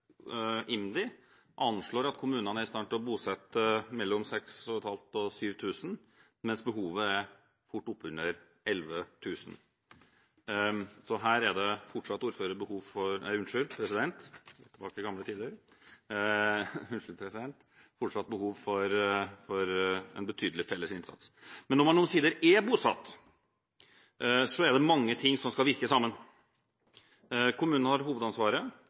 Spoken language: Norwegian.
IMDi at kommunene er i stand til å bosette mellom 6 500 og 7 000, mens behovet fort er oppunder 11 000. Så her er det fortsatt behov for, ordfører – nei, unnskyld, president, jeg er tilbake til gamle tider – en betydelig felles innsats. Men når man omsider er bosatt, er det mange ting som skal virke sammen. Kommunen har hovedansvaret.